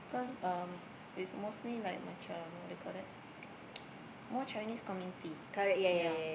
cause um it's mostly like macam what do you call that more Chinese community yeah